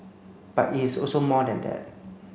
but it is also more than that